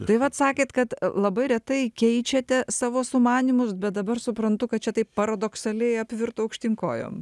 tai vat sakėt kad labai retai keičiate savo sumanymus bet dabar suprantu kad čia taip paradoksaliai apvirto aukštyn kojom